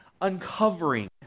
uncovering